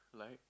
like